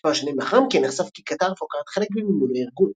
מספר שנים לאחר מכן נחשף כי קטר אף לוקחת חלק במימון הארגון.